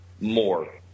more